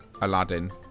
Aladdin